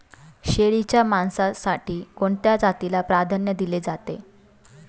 शेळीच्या मांसासाठी कोणत्या जातीला प्राधान्य दिले जाते?